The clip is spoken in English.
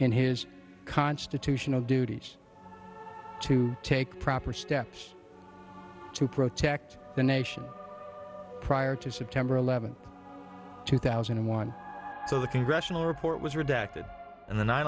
in his constitutional duties to take proper steps to protect the nation prior to september eleventh two thousand and one so the congressional report was redacted and the nine